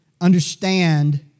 understand